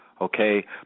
okay